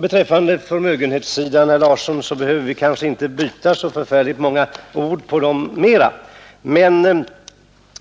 Beträffande förmögenhetssidan behöver herr Larsson i Borrby och jag kanske inte byta så många ord mera.